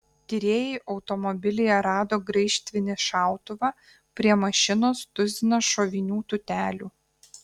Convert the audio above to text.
tyrėjai automobilyje rado graižtvinį šautuvą prie mašinos tuziną šovinių tūtelių